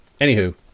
Anywho